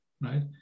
right